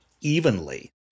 evenly